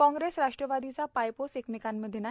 काँग्रेरस राष्ट्रवादीचा पायपोस एकमेकांमध्ये नाही